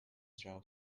draw